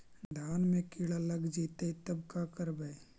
धान मे किड़ा लग जितै तब का करबइ?